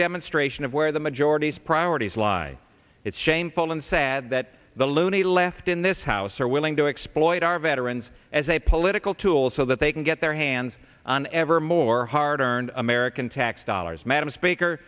demonstration of where the majority's priorities lie it's shameful and sad that the loony left in this house are willing to exploit our veterans as a political tool so that they can get their hands on ever more hard earned american tax dollars madam speaker